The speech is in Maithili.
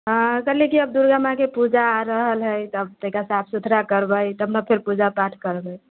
हँ कहलियै कि आब दुर्गा माँके पूजा आ रहल हइ तऽ एकरा साफ सुथरा करबै तब ने फेर पूजा पाठ करबै